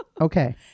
Okay